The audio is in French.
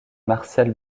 marcel